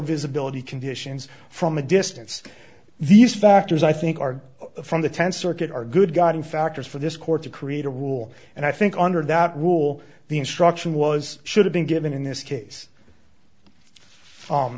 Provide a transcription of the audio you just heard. visibility conditions from a distance these factors i think are from the tenth circuit are good gun factors for this court to create a rule and i think under that rule the instruction was should have been given in this case fum